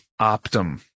Optum